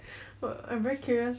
ring worm